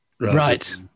Right